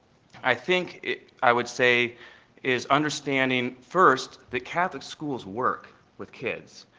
i think i would say is understanding first that catholic schools work with kids.